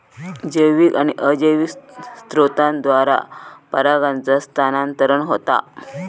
जैविक आणि अजैविक स्त्रोतांद्वारा परागांचा स्थानांतरण होता